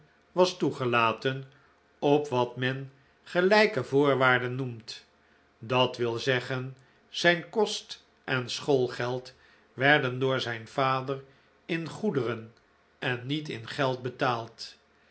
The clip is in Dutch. was toegelaten op wat men gelijke voorwaarden noemt dat wil zeggen zijn kost en schoolgeld werden door zijn vader in goederen en niet in geld betaald